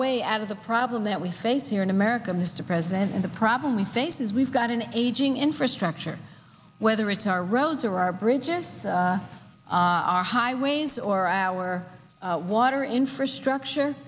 way out of the problem that we face here in america mr president and the problem we face is we've got an aging infrastructure whether it's our roads or our bridges our highways or our water infrastructure